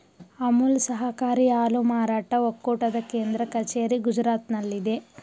ಅಮುಲ್ ಸಹಕಾರಿ ಹಾಲು ಮಾರಾಟ ಒಕ್ಕೂಟದ ಕೇಂದ್ರ ಕಚೇರಿ ಗುಜರಾತ್ನಲ್ಲಿದೆ